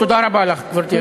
תודה רבה לך, גברתי היושבת-ראש.